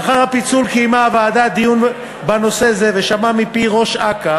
לאחר הפיצול קיימה הוועדה דיון בנושא זה ושמעה מפי ראש אכ"א